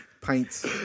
Pints